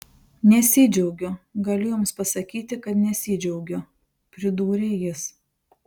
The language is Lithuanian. nesidžiaugiu galiu jums pasakyti kad nesidžiaugiu pridūrė jis